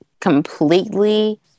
completely